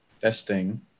testing